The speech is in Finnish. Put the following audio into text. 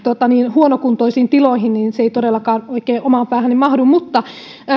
huonokuntoisiin tiloihin se ei todellakaan oikein omaan päähäni mahdu